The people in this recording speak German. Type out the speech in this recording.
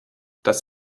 das